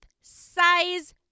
size